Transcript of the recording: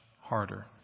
harder